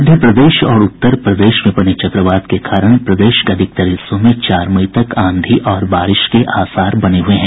मध्यप्रदेश और उत्तरप्रदेश में बने चक्रवात के कारण प्रदेश के अधिकांश हिस्सों में चार मई तक आंधी और बारिश के आसार बने हुए हैं